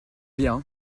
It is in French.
bien